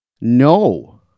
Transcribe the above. No